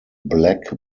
black